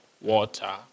water